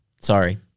Sorry